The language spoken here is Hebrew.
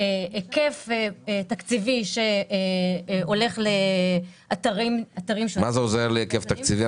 היקף תקציבי שהולך לאתרים -- מה זה עוזר לי היקף תקציבי?